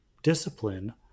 discipline